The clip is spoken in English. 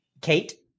Kate